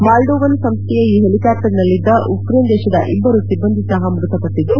ಮಾಲ್ಚೋವನ್ ಸಂಸ್ಥೆಯ ಈ ಹೆಲಿಕಾಪ್ಟರ್ ನಲ್ಲಿದ್ದ ಉಕ್ರೇನ್ ದೇಶದ ಇಬ್ಬರು ಸಿಬ್ಬಂದಿ ಸಹ ಮೃತಪಟ್ಟಿದ್ದು